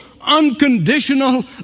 unconditional